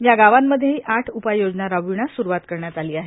या गावांमध्येही आठ उपाय योजना राबविण्यास स्रूवात करण्यात आली आहे